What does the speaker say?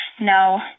No